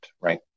right